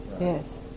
Yes